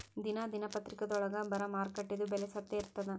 ದಿನಾ ದಿನಪತ್ರಿಕಾದೊಳಾಗ ಬರಾ ಮಾರುಕಟ್ಟೆದು ಬೆಲೆ ಸತ್ಯ ಇರ್ತಾದಾ?